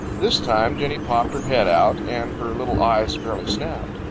this time jenny popped her head out, and her little eyes fairly snapped.